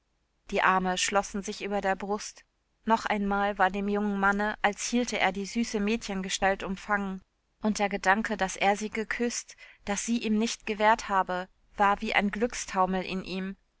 die arme schlossen sich über der brust noch einmal war dem jungen manne als hielte er die süße mädchengestalt umfangen und der gedanke daß er sie geküßt daß sie ihm nicht gewehrt habe war wie ein glückstaumel in ihm